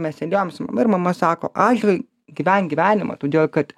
mes sėdėjom su mama ir mama sako ąžuolai gyven gyvenimą todėl kad